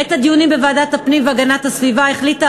בעת הדיונים בוועדת הפנים והגנת הסביבה החליטה